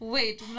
Wait